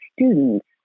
students